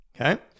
Okay